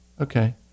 Okay